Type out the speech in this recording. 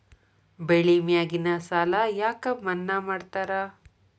ಬೆಳಿ ಮ್ಯಾಗಿನ ಸಾಲ ಯಾಕ ಮನ್ನಾ ಮಾಡ್ತಾರ?